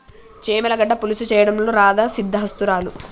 చామ గడ్డల పులుసు చేయడంలో రాధా సిద్దహస్తురాలు